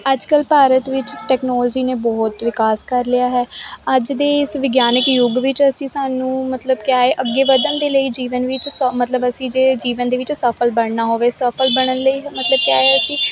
ਅੱਜ ਕੱਲ੍ਹ ਭਾਰਤ ਵਿੱਚ ਟੈਕਨੋਲਜੀ ਨੇ ਬਹੁਤ ਵਿਕਾਸ ਕਰ ਲਿਆ ਹੈ ਅੱਜ ਦੇ ਇਸ ਵਿਗਿਆਨਕ ਯੁੱਗ ਵਿੱਚ ਅਸੀਂ ਸਾਨੂੰ ਮਤਲਬ ਕਿਆ ਏ ਅੱਗੇ ਵਧਣ ਦੇ ਲਈ ਜੀਵਨ ਵਿੱਚ ਸੋ ਮਤਲਬ ਅਸੀਂ ਜੇ ਜੀਵਨ ਦੇ ਵਿੱਚ ਸਫਲ ਬਣਨਾ ਹੋਵੇ ਸਫਲ ਬਣਨ ਲਈ ਮਤਲਬ ਕਿਆ ਏ ਅਸੀਂ